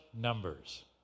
numbers